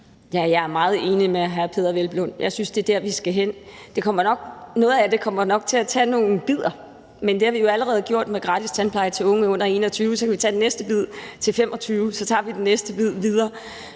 jeg er meget enig med hr. Peder Hvelplund – jeg synes, det er der, vi skal hen. Noget af det kommer vi nok til at tage i nogle bidder, men det har vi jo allerede gjort med gratis tandpleje til unge under 21 år – så kan vi tage den næste bid, hvor det er til unge op til